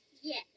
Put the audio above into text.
Yes